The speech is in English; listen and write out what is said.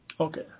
Okay